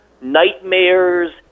nightmares